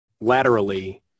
laterally